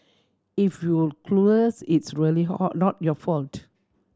if you're clueless it's really not your fault